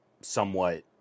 somewhat